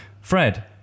Fred